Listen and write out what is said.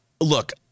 look